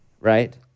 right